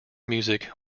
music